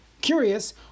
curious